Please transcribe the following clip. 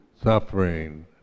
suffering